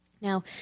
Now